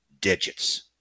digits